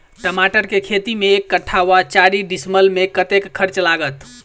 टमाटर केँ खेती मे एक कट्ठा वा चारि डीसमील मे कतेक खर्च लागत?